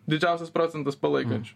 didžiausias procentas palaikančių